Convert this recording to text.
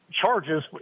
charges